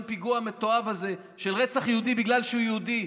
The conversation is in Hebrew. הפיגוע המתועב הזה של רצח יהודי בגלל שהוא יהודי,